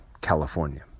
California